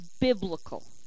biblical